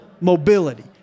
mobility